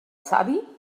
savi